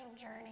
journey